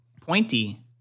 Pointy